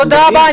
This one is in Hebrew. תודה רבה,